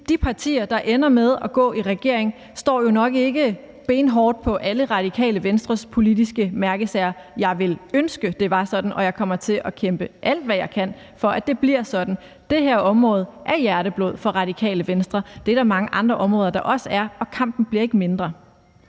de partier, der ender med at gå i regering, står jo nok ikke benhårdt på alle Radikale Venstres politiske mærkesager. Jeg ville ønske, det var sådan, og jeg kommer til at kæmpe alt, hvad jeg kan, for at det bliver sådan. Det her område er hjerteblod for Radikale Venstre, og det er der mange andre områder, der også er, og kampen bliver ikke mindre.